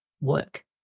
work